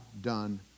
done